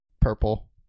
Purple